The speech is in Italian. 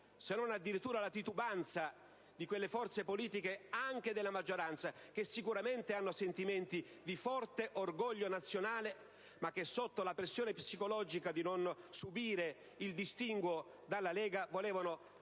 se non addirittura la titubanza, di quelle forze politiche, anche della maggioranza, che sicuramente hanno sentimenti di forte orgoglio nazionale, ma che, sotto la pressione psicologica di non subire il distinguo della Lega, erano